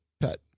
pet